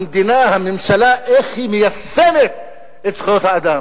המדינה, הממשלה, איך היא מיישמת את זכויות האדם,